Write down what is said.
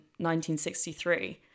1963